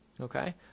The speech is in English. Okay